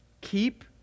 keep